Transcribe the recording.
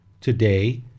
Today